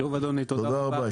תודה רבה.